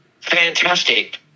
Fantastic